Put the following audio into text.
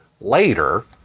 later